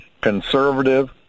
conservative